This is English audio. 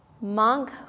monk